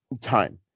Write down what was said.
time